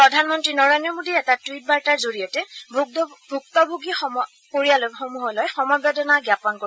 প্ৰধানমন্ত্ৰী নৰেন্দ্ৰ মোদীয়ে এটা টুইট বাৰ্তাৰ জৰিয়তে ভুক্তভোগী পৰিয়ালসমূহলৈ সমবেদনা জ্ঞাপন কৰে